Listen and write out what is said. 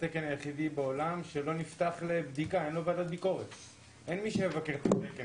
שהבדיקות אינן מיותרות באותם מקומות שאמרת,